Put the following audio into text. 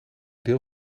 deel